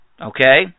Okay